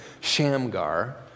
Shamgar